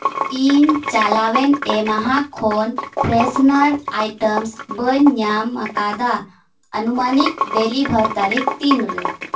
ᱤᱧ ᱪᱟᱞᱟᱣᱮᱱ ᱮᱢᱟᱦᱟ ᱠᱷᱚᱱ ᱯᱷᱮᱨᱥᱱᱟᱨ ᱟᱭᱴᱮᱢᱥ ᱵᱟᱹᱧ ᱧᱟᱢ ᱟᱠᱟᱫᱟ ᱟᱱᱩᱢᱟᱹᱱᱤᱠ ᱰᱮᱞᱤᱵᱷᱟᱨ ᱛᱟᱹᱨᱤᱠᱷ ᱛᱤᱱ ᱨᱮ